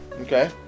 Okay